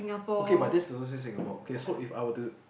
okay but this doesn't say Singapore okay so if I were to